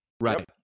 Right